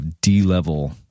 D-level